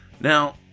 Now